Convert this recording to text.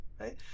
right